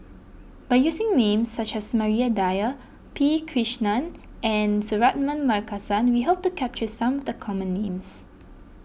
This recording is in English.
by using names such as Maria Dyer P Krishnan and Suratman Markasan we hope to capture some of the common names